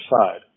side